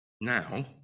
now